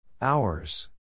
hours